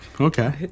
okay